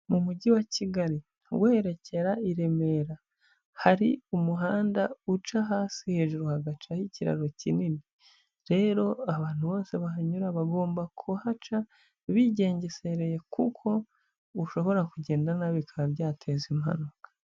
Mu mujyi wa kigali werekera i remera hari umuhanda uca hasi hejuru hagacaho ikiraro kinini, rero abantu bose bahanyura bagomba kuhaca bigengesereye kuko bushobora kugenda nabi bikaba byateza impanuka.